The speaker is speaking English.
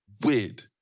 weird